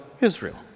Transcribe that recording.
Israel